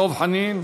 דב חנין.